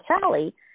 Sally